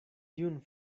tiun